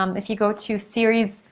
um if you go to series,